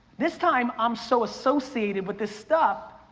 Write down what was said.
this time, i'm so associated with this stuff,